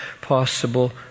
possible